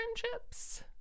friendships